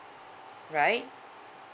right